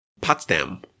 Potsdam